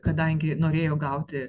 kadangi norėjo gauti